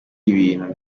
ibintu